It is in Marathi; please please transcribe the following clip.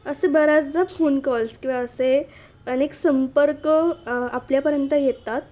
असे बऱ्याचदा फोन कॉल्स किंवा असे अनेक संपर्क आपल्यापर्यंत येतात